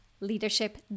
leadership